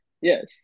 yes